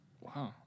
Wow